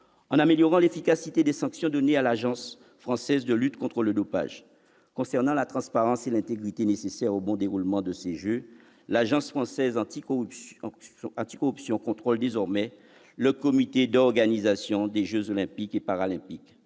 en améliorant l'efficacité des sanctions données par l'Agence française de lutte contre le dopage. Concernant la transparence et l'intégrité nécessaires au bon déroulement de ces jeux, l'Agence française anticorruption contrôle désormais non seulement le comité d'organisation des jeux Olympiques et Paralympiques,